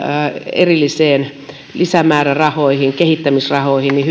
erillisiin lisämäärärahoihin kehittämisrahoihin